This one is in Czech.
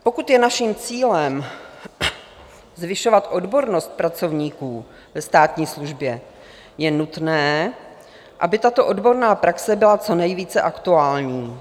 Pokud je naším cílem zvyšovat odbornost pracovníků ve státní službě, je nutné, aby tato odborná praxe byla co nejvíce aktuální.